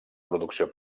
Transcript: producció